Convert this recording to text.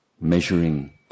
measuring